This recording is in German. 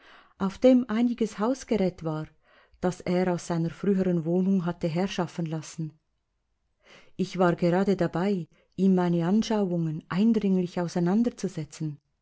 auf dem einiges hausgerät war das er aus seiner früheren wohnung hatte herschaffen lassen ich war gerade dabei ihm meine anschauungen eindringlich auseinanderzusetzen